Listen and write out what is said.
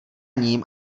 ním